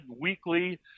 weekly